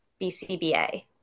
BCBA